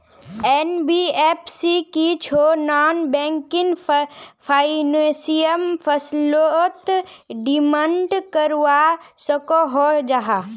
NBFC की छौ non banking financial फसलोत डिमांड करवा सकोहो जाहा?